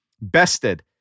bested